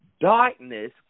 darkness